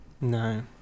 No